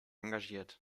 engagiert